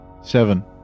Seven